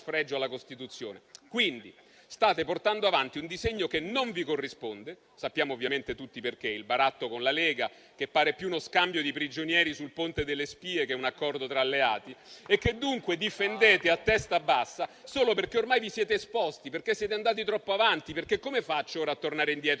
sfregio alla Costituzione. Quindi, state portando avanti un disegno che non vi corrisponde e sappiamo ovviamente tutti perché: il baratto con la Lega, che pare più uno scambio di prigionieri sul ponte delle spie che un accordo tra alleati, e che, dunque, difendete a testa bassa solo perché ormai vi siete esposti, perché siete andati troppo avanti, perché vi domandate: come faccio ora a tornare indietro?